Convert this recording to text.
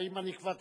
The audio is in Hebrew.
האם כבר קראתי?